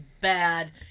bad